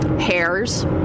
hairs